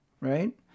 Right